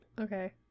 Okay